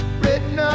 written